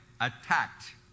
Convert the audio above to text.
attacked